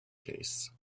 case